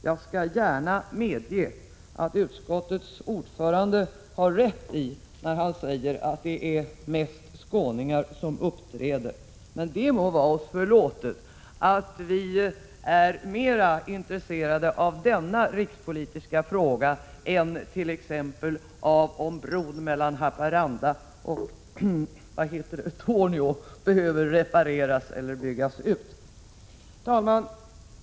Jag skall gärna medge att utskottets ordförande har rätt, när han säger att det är mest skåningar som uppträder, men det må vara oss förlåtet att vi är mer intresserade av denna rikspolitiska fråga än t.ex. av om bron mellan Haparanda och Torneå behöver repareras eller byggas ut.